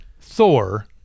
Thor